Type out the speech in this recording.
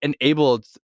enabled